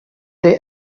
they